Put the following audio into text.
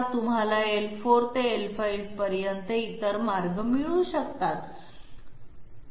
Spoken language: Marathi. तुम्हाला l4 ते l5 पर्यंत इतर मार्ग मिळू शकतात का